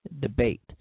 debate